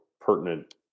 pertinent